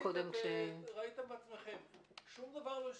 ראיתם בעצמכם - שום דבר לא השתנה.